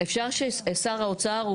אפשר ששר האוצר,